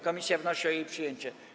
Komisja wnosi o jej przyjęcie.